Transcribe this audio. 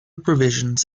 provisions